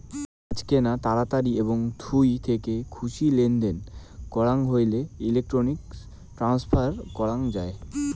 আজকেনা তাড়াতাড়ি এবং থুই থেকে খুশি লেনদেন করাং হইলে ইলেক্ট্রনিক ট্রান্সফার করাং যাই